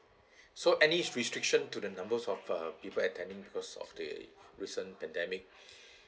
so any restriction to the numbers of the people attending because of the recent pandemic